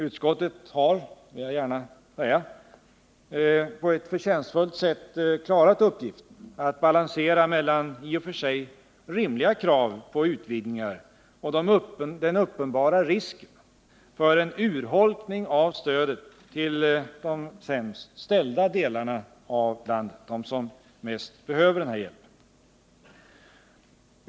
Utskottet har, det vill jag gärna säga, på ett förtjänstfullt sätt klarat uppgiften att balansera mellan i och för sig rimliga krav på utvidgningar och den uppenbara risken för en urholkning av stödet till de sämst ställda delarna, de som bäst behöver denna hjälp.